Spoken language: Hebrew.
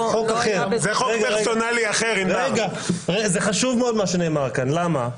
מה שנאמר כאן חשוב מאוד, למה?